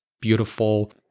beautiful